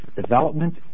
development